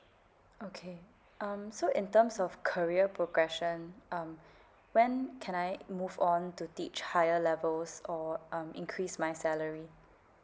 okay um so in terms of career progression um when can I move on to teach higher levels or um increase my salary